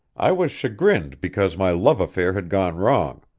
i was chagrined because my love affair had gone wrong.